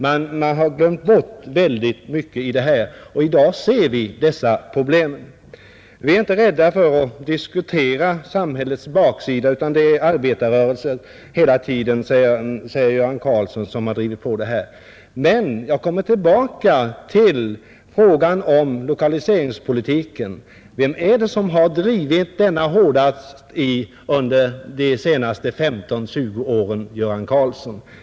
Men man har glömt bort många saker i sammanhanget, och i dag ser vi följderna. Vi är inte rädda för att diskutera samhällets baksida, säger Göran Karlsson i Huskvarna; det är arbetarrörelsen som drivit på utvecklingen hela tiden, Men jag kommer tillbaka till frågan om lokaliseringspolitiken. Vem är det, Göran Karlsson, som har drivit den hårdast under de senaste 15—20 åren?